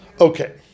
okay